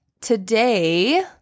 today